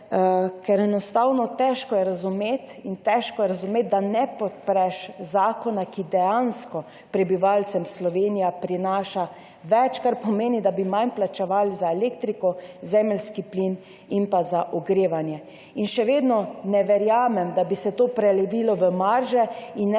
razumeti. Težko je razumeti, da ne podpreš zakona, ki dejansko prebivalcem Slovenije prinaša več, kar pomeni, da bi manj plačevali za elektriko, zemeljski plin in za ogrevanje. Še vedno ne verjamem, da bi se to prelevilo v marže, in ne